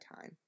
time